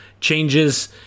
changes